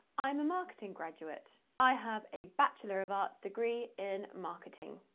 i'm a marketing graduate. i have a bachelor of arts degree in marketing.